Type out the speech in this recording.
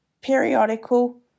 periodical